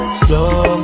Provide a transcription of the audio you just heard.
slow